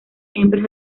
hembras